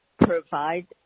provide